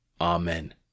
Amen